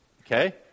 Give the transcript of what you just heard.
okay